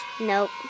Nope